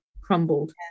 crumbled